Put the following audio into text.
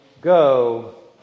Go